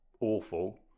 awful